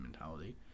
mentality